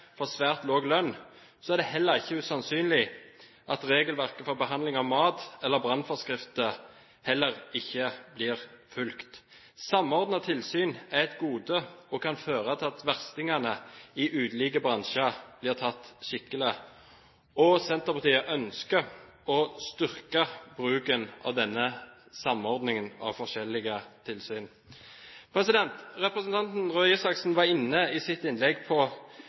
for svært lav lønn, er det sannsynlig at regelverket for behandling av mat eller brannforskrifter heller ikke blir fulgt. Samordnede tilsyn er et gode og kan føre til at verstingene i ulike bransjer blir tatt skikkelig. Senterpartiet ønsker å styrke bruken av denne samordningen av forskjellige tilsyn. Representanten Røe Isaksen var i sitt innlegg inne på